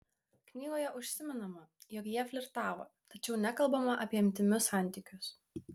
knygoje užsimenama jog jie flirtavo tačiau nekalbama apie intymius santykius